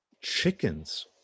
Chickens